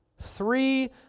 three